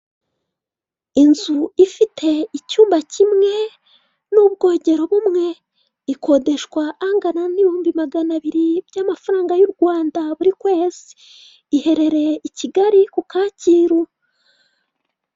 Inzu ifite icyumba kimwe n'ubwogero bumwe, ikodeshwa angana n'ibihumbi magana abiri by'amafaranga y'Urwanda buri kwezi. Iherereye i Kigali ku Kacyiru.